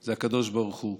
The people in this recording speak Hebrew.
זה הקדוש ברוך הוא.